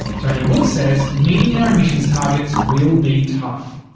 tony wood says meeting our emissions targets will be tough.